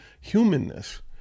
humanness